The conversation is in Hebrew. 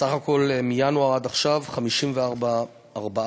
סך הכול, מינואר עד עכשיו, 54 מרכזים,